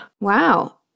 Wow